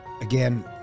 Again